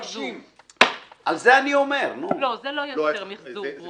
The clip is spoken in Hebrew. לא, זה לא יוצר מחזור.